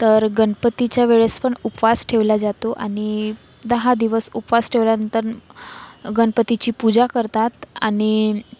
तर गणपतीच्या वेळेस पण उपवास ठेवला जातो आणि दहा दिवस उपवास ठेवल्यानंतर गणपतीची पूजा करतात आणि